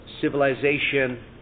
civilization